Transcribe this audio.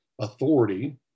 authority